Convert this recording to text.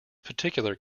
particular